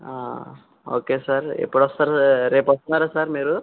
okay sir ఎప్పుడొస్తారు రేపు వస్తున్నారా సార్ మీరు